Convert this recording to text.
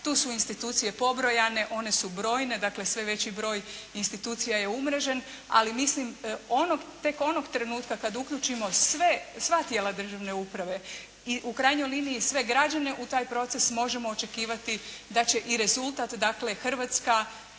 Tu su institucije pobrojane, one su brojne, dakle sve veći broj institucija je umrežen, ali mislim tek onog trenutka kad uključimo sva tijela državne uprave i u krajnjoj liniji sve građane u taj proces možemo očekivati da će i rezultat dakle Hrvatska